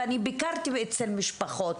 ואני ביקרתי אצל משפחות,